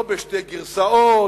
לא בשתי גרסאות.